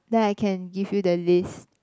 then I can give you the list